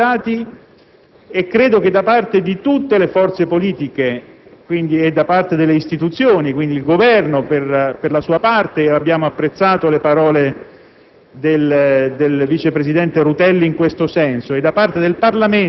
Questi episodi non devono essere in alcun modo minimizzati e credo che da parte di tutte le forze politiche e delle istituzioni (quindi, il Governo per la sua parte, ed abbiamo apprezzato le parole